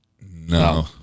No